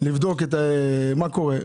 לבדוק את מה קורה.